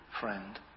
Friend